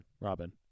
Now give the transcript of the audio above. Robin